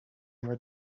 were